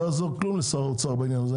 לא יעזור כלום לשר האוצר בעניין הזה,